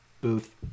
booth